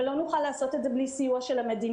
ולא נוכל לעשות את זה בלי סיוע של המדינה.